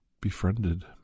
Befriended